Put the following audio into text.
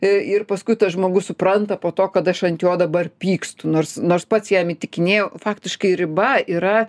i ir paskui tas žmogus supranta po to kad aš ant jo dabar pykstu nors nors pats jam įtikinėjau faktiškai riba yra